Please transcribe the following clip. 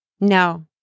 no